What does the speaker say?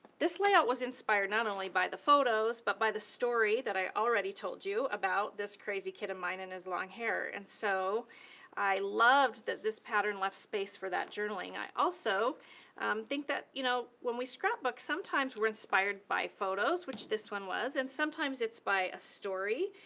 this layout was inspired not only by the photos but by the story that i already told you about. this crazy kid of mine and his long hair. and so i loved that this pattern left space for that journaling. i also think that, you know when we scrapbook, sometimes we're inspired by photos, which this one was, and sometimes it's by a story,